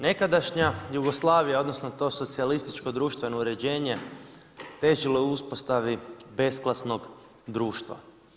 Nekadašnja Jugoslavija odnosno to socijalističko društveno uređenje težilo je uspostavi besklasnog društva.